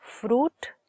fruit